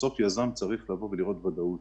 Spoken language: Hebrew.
בסוף יזם צריך לבוא ולראות ודאות.